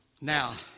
Now